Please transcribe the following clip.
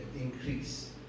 increase